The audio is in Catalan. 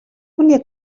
volia